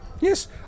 Yes